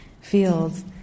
feels